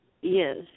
Yes